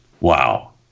Wow